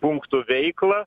punktų veiklą